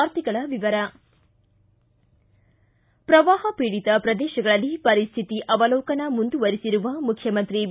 ವಾರ್ತೆಗಳ ವಿವರ ಪ್ರವಾಹ ಪೀಡಿತ ಪ್ರದೇಶಗಳಲ್ಲಿ ಪರಿಸ್ಟಿತಿ ಅವಲೋಕನ ಮುಂದುವರಿಸಿರುವ ಮುಖ್ಯಮಂತ್ರಿ ಬಿ